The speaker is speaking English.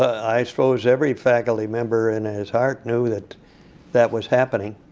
i suppose every faculty member in his heart knew that that was happening.